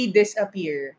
disappear